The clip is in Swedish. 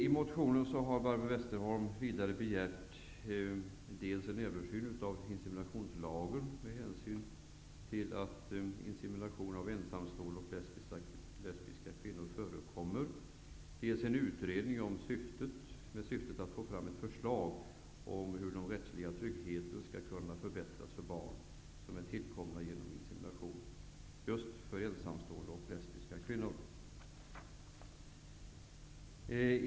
I motionen har Barbro Westerholm vidare begärt dels en översyn av inseminationslagen med hänsyn till att insemination av ensamstående och lesbiska kvinnor förekommer, dels en utredning med syftet att få fram ett förslag om hur den rättsliga tryggheten skall kunna förbättras för barn som tillkommit genom insemination av ensamstående och lesbiska kvinnor.